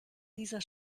dieser